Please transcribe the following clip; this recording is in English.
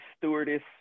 stewardess